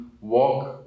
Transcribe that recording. walk